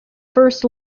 first